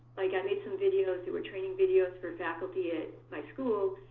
like i made some videos that were training videos for faculty at my school,